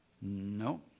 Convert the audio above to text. No